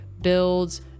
builds